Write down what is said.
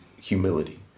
humility